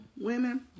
women